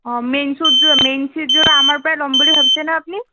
অঁ মেইন চেটযোৰ মেইন চেটযোৰ আমাৰ পৰাই ল'ম বুলি ভাবিছে না আপুনি